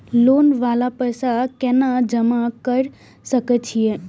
Loan वाला पैसा केना जमा कर सके छीये?